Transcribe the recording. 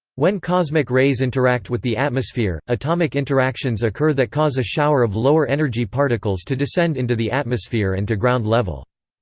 when cosmic rays interact with the atmosphere, atomic interactions occur that cause a shower of lower energy particles to descend into the atmosphere and to ground level.